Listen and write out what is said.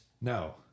No